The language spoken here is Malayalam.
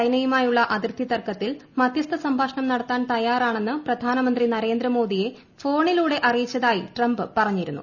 ചൈനയുമായുള്ള അതിർത്തി തർക്കത്തിൽ മധ്യസ്ഥ സംഭാഷണം നടത്താൻ തയ്യാറാണെന്ന് പ്രധാനമന്ത്രി നരേന്ദ്രമോദിയെ ഫോണിലൂടെ അറിയിച്ചതായി ട്രംപ് പറഞ്ഞിരുന്നു